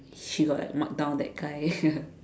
she got like mark down that guy